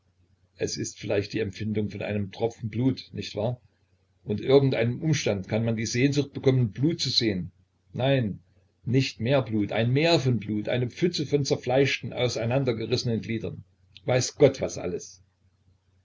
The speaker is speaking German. es ist vielleicht die empfindung von einem tropfen blut nicht wahr unter irgend einem umstand kann man die sehnsucht bekommen blut zu sehen nein nicht mehr blut ein meer von blut eine pfütze von zerfleischten auseinandergerissenen gliedern weiß gott was alles